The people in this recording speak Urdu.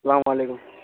السلام علیکم